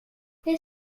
n’est